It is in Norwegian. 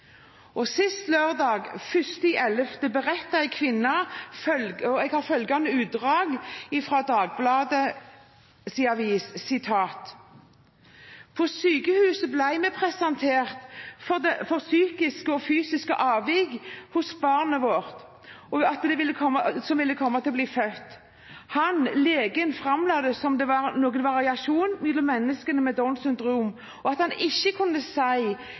Sist lørdag, 1. november, berettet en kvinne i et innlegg i Dagbladet: «På sykehuset ble vi presentert for psykiske og fysiske avvik barnet vårt ville komme til å bli født med. Han [legen] fremla det som noe variasjon mellom menneskene med Downs syndrom og at han ikke kunne